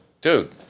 Dude